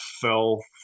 fell